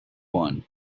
one